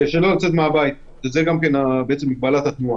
מגבלת התנועה.